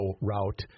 route